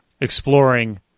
exploring